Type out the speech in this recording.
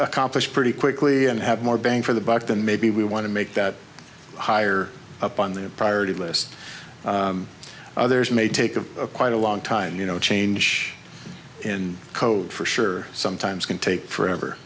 accomplished pretty quickly and have more bang for the buck then maybe we want to make that higher up on the priority list others may take a quite a long time you know change in code for sure sometimes can take forever